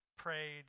prayed